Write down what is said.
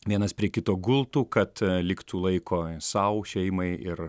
vienas prie kito gultų kad liktų laiko sau šeimai ir